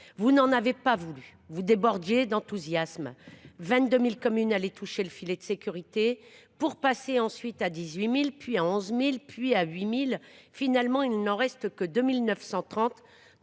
Vous n’en avez pas voulu. Vous débordiez d’enthousiasme : 22 000 communes allaient toucher le filet de sécurité, nombre qui allait ensuite passer à 18 000, puis à 11 000, puis à 8 000. Finalement, il n’en reste que 2 930,